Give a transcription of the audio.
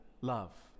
love